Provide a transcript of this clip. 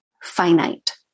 finite